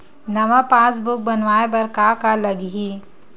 नवा पासबुक बनवाय बर का का लगही?